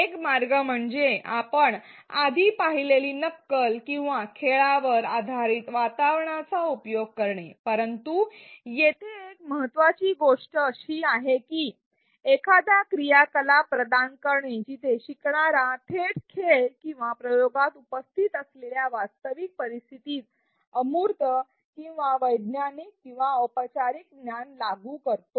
एक मार्ग म्हणजे आपण आधी पाहिलेले नक्कल किंवा खेळावर आधारित वातावरणाचा उपयोग करणे परंतु येथे एक महत्त्वाची गोष्ट अशी आहे की एखादा क्रियाकलाप प्रदान करणे जिथे शिकणारा थेट खेळ किंवा प्रयोगात उपस्थित असलेल्या वास्तविक परिस्थितीत अमूर्त किंवा वैज्ञानिक किंवा औपचारिक ज्ञान लागू करतो